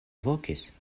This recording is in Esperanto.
vokis